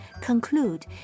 conclude